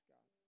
God